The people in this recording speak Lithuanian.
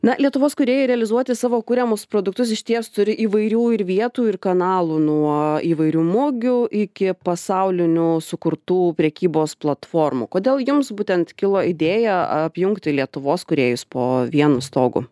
na lietuvos kūrėjai realizuoti savo kuriamus produktus išties turi įvairių ir vietų ir kanalų nuo įvairių mugių iki pasaulinių sukurtų prekybos platformų kodėl jums būtent kilo idėja apjungti lietuvos kūrėjus po vienu stogu